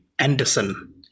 Anderson